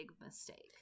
mistake